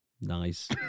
nice